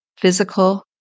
physical